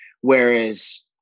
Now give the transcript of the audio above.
Whereas